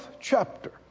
chapter